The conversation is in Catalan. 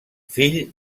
fill